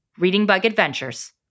ReadingBugAdventures